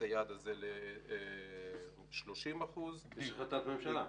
היעד הזה ל-30% --- יש החלטת ממשלה.